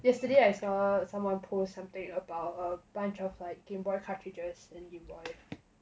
yesterday I saw someone post something about err a bunch of like gameboy cartridges and gameboy